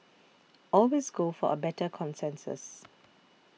always go for a better consensus